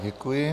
Děkuji.